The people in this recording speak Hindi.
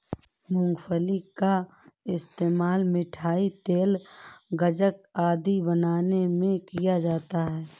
मूंगफली का इस्तेमाल मिठाई, तेल, गज्जक आदि बनाने में किया जाता है